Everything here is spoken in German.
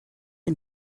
ein